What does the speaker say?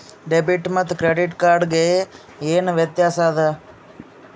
Debit ಮತ್ತ credit card ಗೆ ಏನ ವ್ಯತ್ಯಾಸ ಆದ?